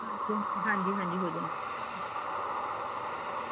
ਹਾਂਜੀ ਹਾਂਜੀ ਹਾਂਜੀ ਹੋ ਜਾਏਗਾ